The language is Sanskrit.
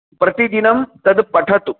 प्रतिदिनं तत् पठतु